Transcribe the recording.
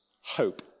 hope